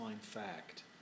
fact